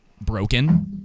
broken